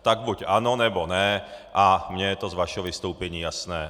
Tak buď ano, nebo ne, a mně je to z vašeho vystoupení jasné.